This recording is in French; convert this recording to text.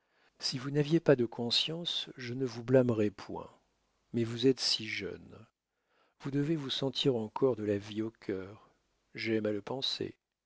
si vous n'aviez plus de conscience je ne vous blâmerais point mais vous êtes si jeune vous devez vous sentir encore de la vie au cœur j'aime à le penser